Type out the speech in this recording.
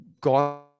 gone